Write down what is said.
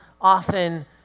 often